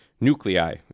nuclei